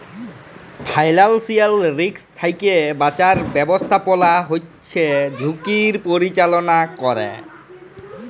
financial risk থ্যাইকে বাঁচার ব্যবস্থাপলা হছে ঝুঁকির পরিচাললা ক্যরে